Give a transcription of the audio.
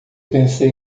pensei